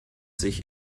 sich